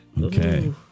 Okay